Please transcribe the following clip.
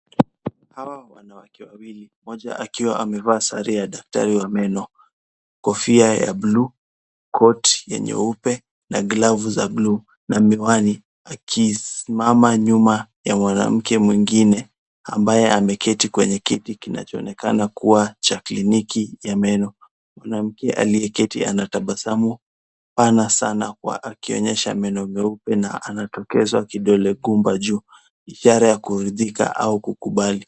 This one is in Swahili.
Hawa ni wanawake wawili mmoja akiwa amevaa sare ya daktari wa meno.,kofia ya buluu, koti nyeupe na glavu za bluu, na miwani. Akisimama nyuma ya mwanamke mwingine, ambaye ameketi kwenye kiti kinachonekana kuwa cha kliniki ya meno. Mwanamke aliyeketi anatabasamu pana sana kwa akionyesha meno meupe na anatokeza kidole gumba juu. Ishara ya kuridhika au kukubali.